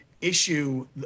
issue